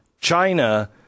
China